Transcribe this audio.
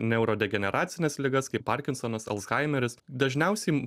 neurodegeneracines ligas kaip parkinsonas alzhaimeris dažniausiai